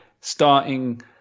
starting